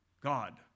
God